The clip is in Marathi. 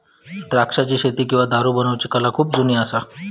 द्राक्षाची शेती किंवा दारू बनवुची कला खुप जुनी असा